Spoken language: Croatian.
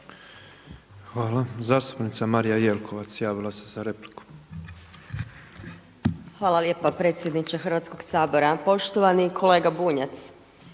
Hvala. Zastupnica Marija Jelkovac javila se za repliku. **Jelkovac, Marija (HDZ)** Hvala lijepa predsjedniče Hrvatskog sabora. Poštovani kolega Bunjac,